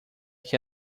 que